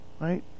right